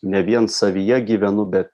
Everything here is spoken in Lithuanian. ne vien savyje gyvenu bet